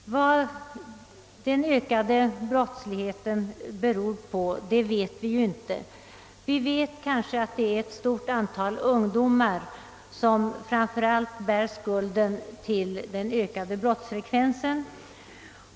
Vad den växande brottsligheten beror på vet vi inte. Däremot känner vi kanske till att det är ett stort antal ungdomar som framför allt bär skulden till den ökade brottsfrekvensen.